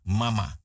mama